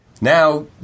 now